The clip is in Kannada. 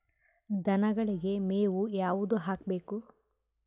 ದನಗಳಿಗೆ ಮೇವು ಯಾವುದು ಹಾಕ್ಬೇಕು?